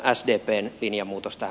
arvoisa puhemies